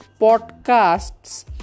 podcasts